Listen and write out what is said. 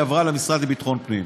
היא עברה למשרד לביטחון הפנים.